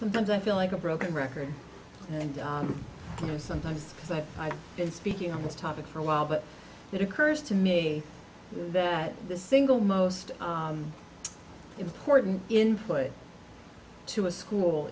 sometimes i feel like a broken record and sometimes i've been speaking on this topic for a while but it occurs to me that the single most important input to a school